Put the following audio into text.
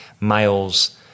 males